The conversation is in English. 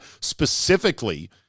specifically